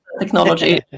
technology